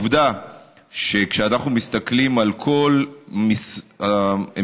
שכשאנחנו מסתכלים על כל המדינות,